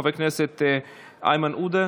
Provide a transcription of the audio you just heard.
חבר הכנסת איימן עודה,